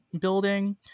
building